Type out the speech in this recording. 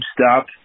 Stop